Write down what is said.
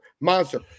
Monster